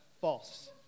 False